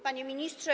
Panie Ministrze!